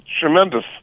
tremendous